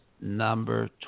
number